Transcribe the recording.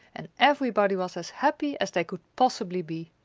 and everybody was as happy as they could possibly be.